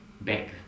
back